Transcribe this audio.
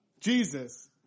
Jesus